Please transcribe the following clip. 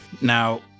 Now